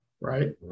right